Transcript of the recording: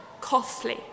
costly